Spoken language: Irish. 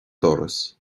doras